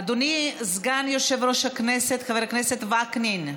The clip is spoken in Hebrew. אדוני סגן יושב-ראש הכנסת, חבר הכנסת וקנין,